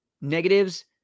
negatives